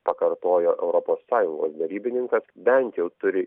pakartojo europos sąjungos derybininkas bent jau turi